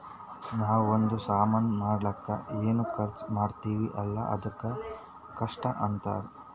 ನಾವೂ ಒಂದ್ ಸಾಮಾನ್ ಮಾಡ್ಲಕ್ ಏನೇನ್ ಖರ್ಚಾ ಮಾಡ್ತಿವಿ ಅಲ್ಲ ಅದುಕ್ಕ ಕಾಸ್ಟ್ ಅಂತಾರ್